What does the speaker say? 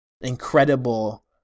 incredible